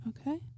Okay